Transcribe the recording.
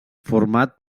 format